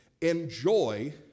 enjoy